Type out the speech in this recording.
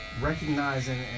recognizing